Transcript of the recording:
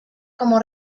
como